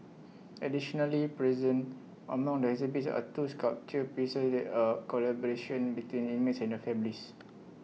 if we break down tasks not all of them require the creativity or experience deemed irreplaceable